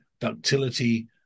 ductility